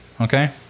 okay